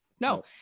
no